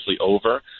over